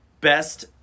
Best